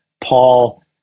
Paul